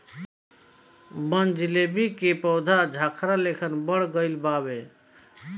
बनजीलेबी के पौधा झाखार लेखन बढ़ गइल बावे